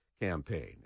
campaign